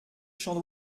chant